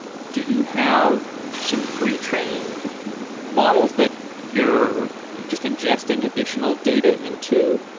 do you have some pre-trained models that you're just ingesting additional data into,